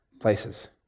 places